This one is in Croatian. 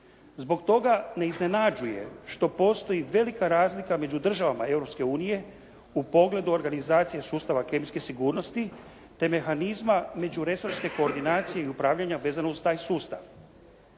Zbog toga ne iznenađuje što postoji velika razlika među državama Europske unije u pogledu organizacije sustava kemijske sigurnosti te mehanizma međuresorske koordinacije i upravljanja vezano uz taj sustav.